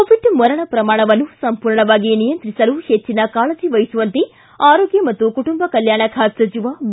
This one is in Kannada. ಕೋವಿಡ್ ಮರಣ ಪ್ರಮಾಣವನ್ನು ಸಂಪೂರ್ಣವಾಗಿ ನಿಯಂತ್ರಿಸಲು ಹೆಚ್ಚಿನ ಕಾಳಜಿ ವಹಿಸುವಂತೆ ಆರೋಗ್ಯ ಮತ್ತು ಕುಟುಂಬ ಕಲ್ಯಾಣ ಖಾತೆ ಸಚಿವ ಬಿ